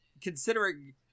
considering